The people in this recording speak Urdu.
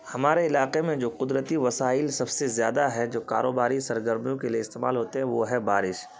ہمارے علاقے میں جو قدرتی وسائل سب سے زیادہ ہیں جو کاروباری سرگرمیوں کے لیے استعمال ہوتے ہیں وہ ہے بارش